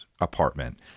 apartment